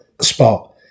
spot